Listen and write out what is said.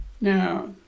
Now